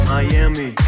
Miami